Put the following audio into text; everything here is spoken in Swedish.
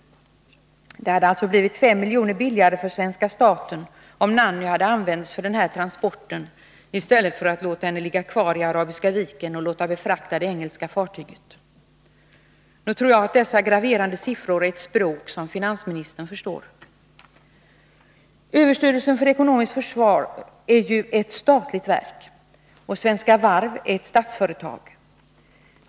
Det hade alltså blivit 5 milj.kr. billigare för svenska staten om Nanny hade använts för den här transporten i stället för att låta henne ligga kvar i Arabiska viken och låta befrakta det engelska fartyget. Nog tror jag att dessa graverande siffror är ett språk som finansministern förstår. Överstyrelsen för ekonomiskt försvar är ju ett statligt verk och Svenska Varv ett statsföretag.